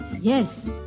Yes